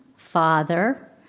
father,